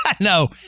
no